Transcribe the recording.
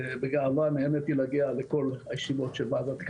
שלום, נהניתי להגיע לכל הישיבות של ועדת הכלכלה.